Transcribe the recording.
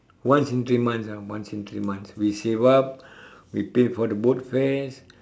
once in three months ah once in three months we saved up we paid for the boat fares